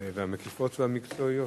המקיפות והמקצועיות.